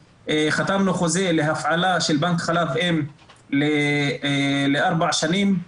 חתמנו חוזה להפעלה של בנק חלב אם ל-4 שנים,